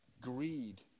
Greed